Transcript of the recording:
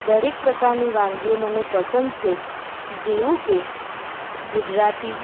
દરેક પ્રકારની વાનગીઓ મને પસંદ છે જેવું કે ગુજરાતી